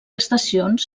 estacions